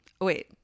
Wait